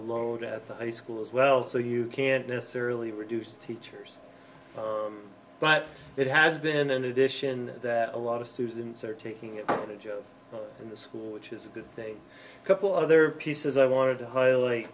load at the high school as well so you can't necessarily reduce teachers but it has been an addition that a lot of students are taking it in the school which is a good thing a couple other pieces i wanted to highl